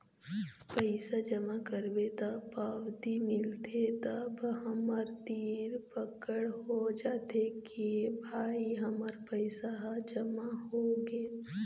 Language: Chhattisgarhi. पइसा जमा करबे त पावती मिलथे तब हमर तीर पकड़ हो जाथे के भई हमर पइसा ह जमा होगे